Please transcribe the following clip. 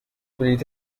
بلیت